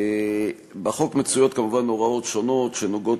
בחוק מצויות כמובן הוראות שונות שנוגעות